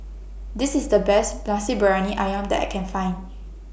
This IS The Best Nasi Briyani Ayam that I Can Find